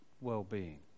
well-being